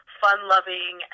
fun-loving